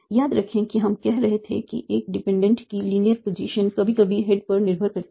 याद रखें कि हम कह रहे थे कि एक डिपेंडेंट की लीनियर पोजीशन कभी कभी हेड पर निर्भर करती है